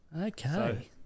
Okay